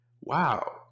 wow